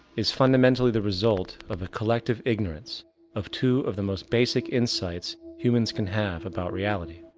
is fundamentally the result of a collective ignorance of two of the most basic insights humans can have about reality.